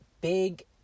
big